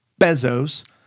Bezos